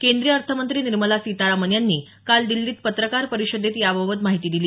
केंद्रीय अर्थमंत्री निर्मला सीतारामन यांनी काल दिल्लीत पत्रकार परिषदेत याबाबत माहिती दिली